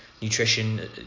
nutrition